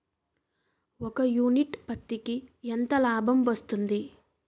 ఒక యూనిట్ పత్తికి ఎంత లాభం వస్తుంది?